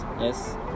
yes